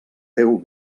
teu